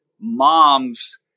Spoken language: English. mom's